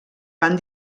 van